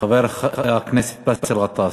חבר הכנסת באסל גטאס,